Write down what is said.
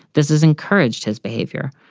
this is encouraged his behavior.